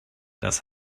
das